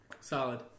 Solid